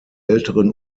älteren